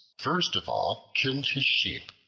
first of all killed his sheep,